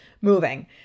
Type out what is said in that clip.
moving